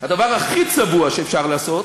הדבר הכי צבוע שאפשר לעשות,